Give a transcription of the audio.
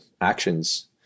actions